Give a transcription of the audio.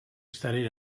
studied